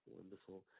Wonderful